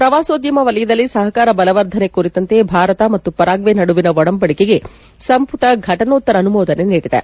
ಪ್ರವಾಸೋದ್ದಮ ವಲಯದಲ್ಲಿ ಸಹಕಾರ ಬಲವರ್ಧನೆ ಕುರಿತಂತೆ ಭಾರತ ಮತ್ತು ಪರಗ್ವೆ ನಡುವಿನ ಒಡಂಬಡಿಕೆಗೆ ಸಂಪುಟ ಫಟನೋತ್ತರ ಅನುಮೋದನೆ ನೀಡಿದೆ